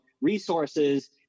resources